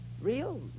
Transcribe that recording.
real